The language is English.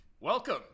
Welcome